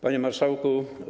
Panie Marszałku!